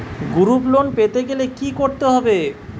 Group loan পেতে গেলে কি করতে হবে?